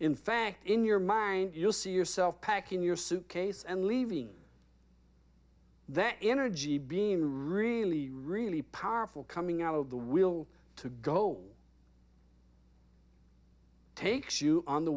in fact in your mind you'll see yourself packing your suitcase and leaving that energy being the really really powerful coming out of the will to go takes you on the